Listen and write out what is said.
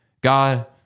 God